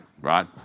right